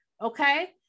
Okay